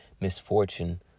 misfortune